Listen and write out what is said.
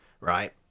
Right